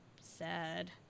sad